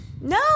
No